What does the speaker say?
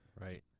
Right